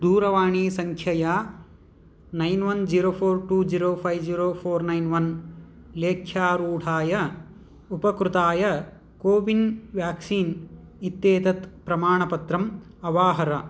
दूरवाणीसङ्ख्यया nine one zero four two zero five zero four nine one लेख्यारूढाय उपकृताय CoWIN vaccine इत्येतत् प्रमाणपत्रं अवाहर